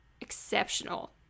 exceptional